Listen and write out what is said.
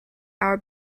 our